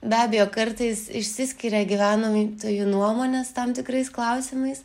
be abejo kartais išsiskiria gyventojų nuomonės tam tikrais klausimais